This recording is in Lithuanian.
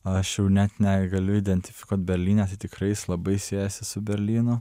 aš jau net negaliu identifikuot berlyne tikrai jis labai siejasi su berlynu